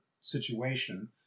situation